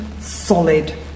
solid